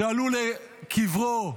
עלו לקברו,